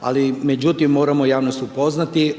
Ali međutim, moramo javnost upoznati